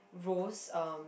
rose um